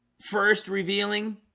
first revealing